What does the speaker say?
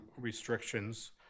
restrictions